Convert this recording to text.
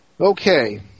Okay